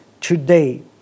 today